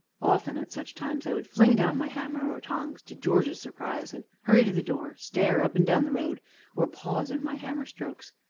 often at such times i would fling down my hammer or tongs, to george's surprise, and, hurrying to the door, stare up and down the road or pause in my hammerstrokes,